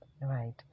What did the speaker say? Right